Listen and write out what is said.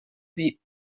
wie